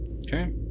Okay